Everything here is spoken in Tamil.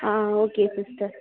ah okay sister